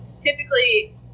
typically